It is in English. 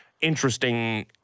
interesting